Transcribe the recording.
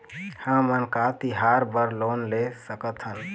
हमन का तिहार बर लोन ले सकथन?